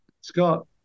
Scott